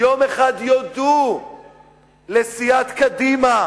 יום אחד יודו לסיעת קדימה